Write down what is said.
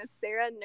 Sarah